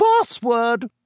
Password